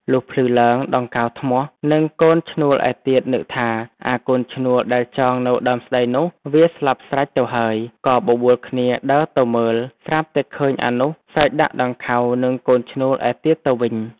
លុះភ្លឺឡើង ដង្ខៅធ្នស់ និងកូនឈ្នួលឯទៀតនឹកថា "អាកូនឈ្នួលដែលចងនៅដើមស្តីនោះ វាស្លាប់ស្រេច ទៅហើយ” ក៏បបួលគ្នាដើរទៅមើល ស្រាប់តែឃើញអានោះ សើចដាក់ដង្ខៅ និងកូនឈ្នួលឯទៀតទៅវិញ។